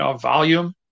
volume